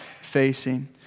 facing